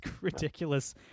ridiculous